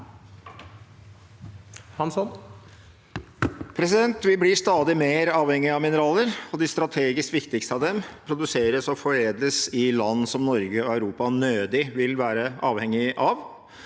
Vi blir stadig mer avhengig av mineraler, og de strategisk viktigste av dem produseres og foredles i land som Norge og Europa nødig vil være avhengig av.